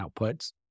outputs